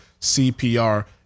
CPR